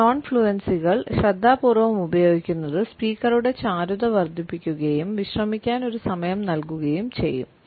ഈ നോൺ ഫ്ലുവൻസികൾ ശ്രദ്ധാപൂർവ്വം ഉപയോഗിക്കുന്നത് സ്പീക്കറുടെ ചാരുത വർദ്ധിപ്പിക്കുകയും വിശ്രമിക്കാൻ ഒരു സമയം നൽകുകയും ചെയ്യും